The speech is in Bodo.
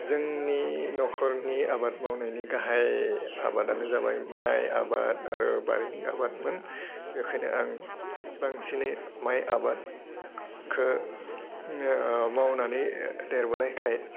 जोंनि नखरनि आबाद मावनायनि गाहाइ आबादानो जाबाय माय आबाद आरो बारिनि आबादमोन बेखायनो आं बांसिनै माय आबादखौ मावनानै देरबोनायखाइ